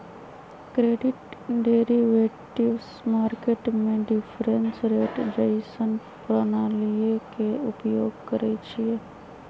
credit derivatives market में difference rate जइसन्न प्रणालीइये के उपयोग करइछिए